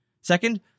Second